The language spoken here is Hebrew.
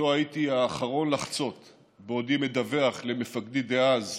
שאותו הייתי האחרון לחצות בעודי מדווח למפקדי דאז,